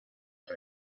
red